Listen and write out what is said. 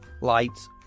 lights